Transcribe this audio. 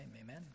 amen